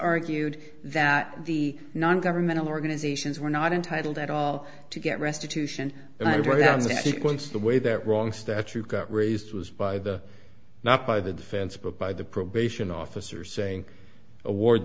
argued that the non governmental organizations were not entitled at all to get restitution and i really am sick once the way that wrong statute got raised was by the not by the defense but by the probation officer saying award